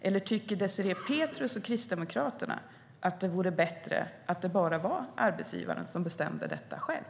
Eller tycker Désirée Pethrus och Kristdemokraterna att det vore bättre om arbetsgivaren bara bestämde detta själv?